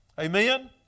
Amen